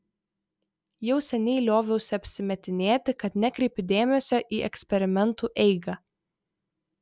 jau seniai lioviausi apsimetinėti kad nekreipiu dėmesio į eksperimentų eigą